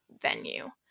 venue